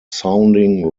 sounding